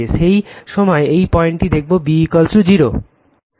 সেই সময় এই পয়েন্টে দেখবো B 0